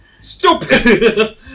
Stupid